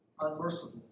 unmerciful